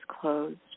closed